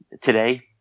Today